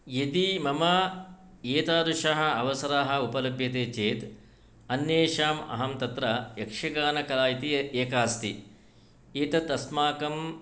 यदि मम एतादृशः अवसरः उपलभ्यते चेत् अन्येषाम् अहं तत्र यक्षगानकला इति एका अस्ति एतत् अस्माकं